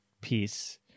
piece